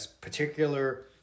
particular